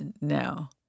now